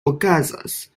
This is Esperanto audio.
okazas